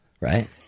right